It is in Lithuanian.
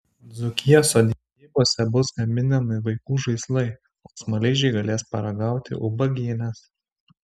dzūkijos sodybose bus gaminami vaikų žaislai o smaližiai galės paragauti ubagynės